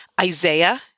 Isaiah